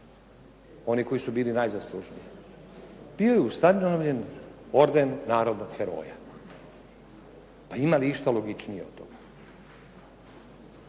oni koji su bili najzaslužniji. Bio je ustanovljen orden narodnog heroja. Pa ima li išta logičnije od toga?